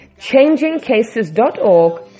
changingcases.org